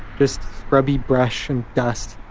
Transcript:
just scrubby brush and dust,